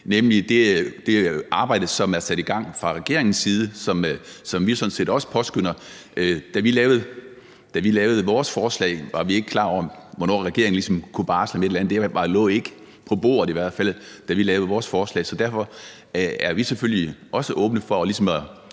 til det arbejde, som er sat i gang fra regeringens side, og som vi sådan set også påskønner. Da vi lavede vores forslag, var vi ikke klar over, hvornår regeringen kunne barsle med et eller andet – det lå i hvert fald ikke på bordet, da vi lavede vores forslag – så derfor er vi selvfølgelig også åbne over